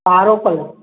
ॻारो colour